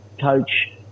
coach